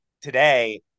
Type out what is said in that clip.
today